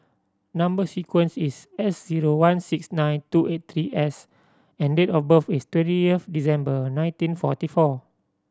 number sequence is S zero one six nine two eight three S and date of birth is twentieth December nineteen forty four